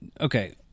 okay